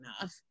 enough